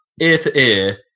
ear-to-ear